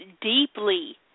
deeply